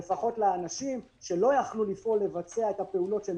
לאנשים שלא יכלו לבצע את הפעולות שהם